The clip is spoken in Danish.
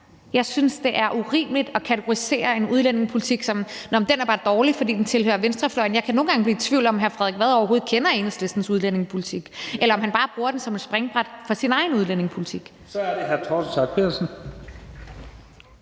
Jeg synes, det er urimeligt at kategorisere en udlændingepolitik som værende dårlig, bare fordi den kommer fra venstrefløjen. Jeg kan nogle gange blive i tvivl om, om hr. Frederik Vad overhovedet kender Enhedslistens udlændingepolitik, elle om han bare bruger den som et springbræt for sin egen udlændingepolitik. Kl. 11:57 Første næstformand